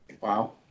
Wow